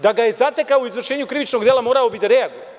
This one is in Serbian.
Da ga je zatekao u izvršenju krivičnog dela morao bi da reaguje.